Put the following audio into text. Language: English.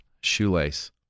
shoelace